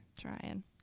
Trying